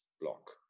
block